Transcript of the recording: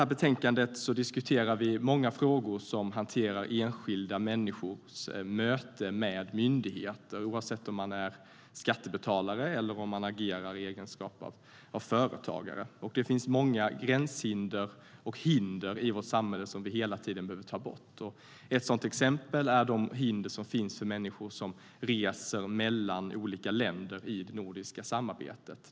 I betänkandet diskuterar vi många frågor som hanterar enskilda människors möten med myndigheter, oavsett om man är skattebetalare eller agerar i egenskap av företagare. Det finns många gränshinder och hinder i vårt samhälle som vi behöver ta bort. Ett exempel är de hinder som finns för människor som reser mellan olika länder inom det nordiska samarbetet.